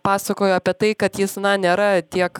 pasakojo apie tai kad jis na nėra tiek